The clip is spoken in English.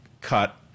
cut